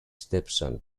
stepson